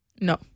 No